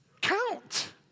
count